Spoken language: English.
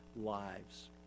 lives